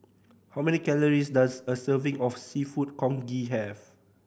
how many calories does a serving of Seafood Congee have